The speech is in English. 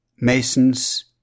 Masons